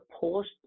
post